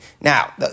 Now